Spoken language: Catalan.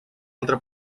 altra